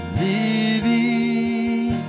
living